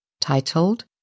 titled